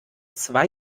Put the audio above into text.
zwei